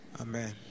Amen